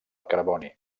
carboni